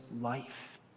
life